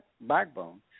backbone